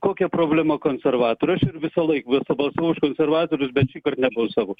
kokia problema konservatoriai aš ir visąlaik pabalsuoju už konservatorius bet šįkart nebalsavau